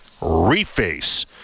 Reface